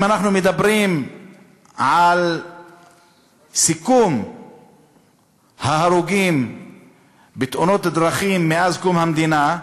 אם אנחנו מדברים על סיכום ההרוגים בתאונות דרכים מאז קום המדינה,